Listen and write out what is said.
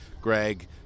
Greg